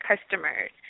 customers